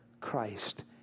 Christ